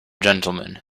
gentlemen